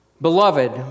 Beloved